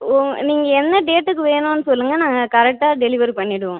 ஓ நீங்கள் என்ன டேட்டுக்கு வேணும்னு சொல்லுங்கள் நாங்கள் கரெக்டாக டெலிவரி பண்ணிவிடுவோம்